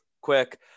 quick